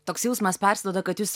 toks jausmas persiduoda kad jūs